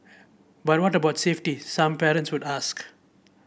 but what about safety some parents would ask